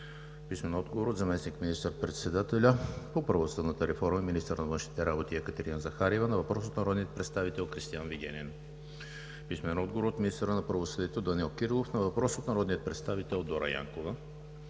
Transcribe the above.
Кръстина Таскова; - заместник министър-председателя по правосъдната реформа и министър на външните работи Екатерина Захариева на въпрос от народния представител Кристиан Вигенин; - министъра на правосъдието Данаил Кирилов на въпрос от народния представител Дора Янкова;